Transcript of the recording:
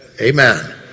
Amen